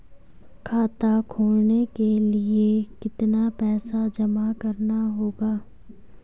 खाता खोलने के लिये कितना पैसा जमा करना होगा?